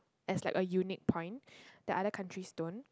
as like a unique point that other countries don't